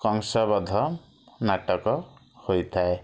କଂସବଦ୍ଧ ନାଟକ ହୋଇଥାଏ